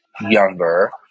younger